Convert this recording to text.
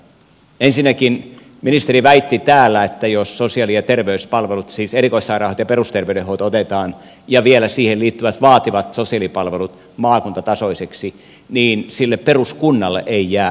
ensinnäkin ministeri väitti täällä että jos sosiaali ja terveyspalvelut siis erikoissairaanhoito ja perusterveydenhoito otetaan ja vielä niihin liittyvät vaativat sosiaalipalvelut maakuntatasoisiksi niin sille peruskunnalle ei jää yhtään mitään